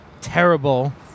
Terrible